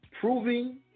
proving